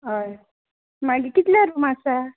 हय मागीर कितले रूम आसा